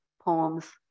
poems